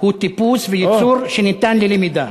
הוא טיפוס ויצור שניתן ללמידה.